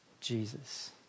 Jesus